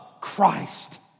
Christ